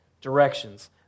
directions